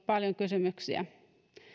paljon kysymyksiä